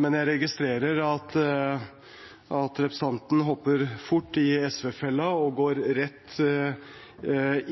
men jeg registrerer at representanten hopper fort i SV-fellen og går rett